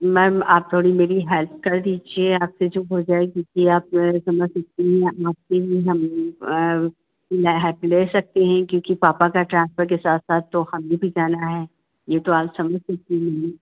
ma'am आप थोड़ी मेरी हेल्प कर दीजिए आपसे जो हो जाए क्योंकि आप समझ सकती हैं आपसे ही हम हेल्प ले सकते हैं क्योंकि पापा का ट्रान्सफ़र के साथ साथ तो हमें भी जाना है ये तो आप समझ सकती हैं न मैम